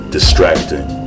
Distracting